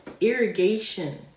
irrigation